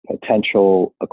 potential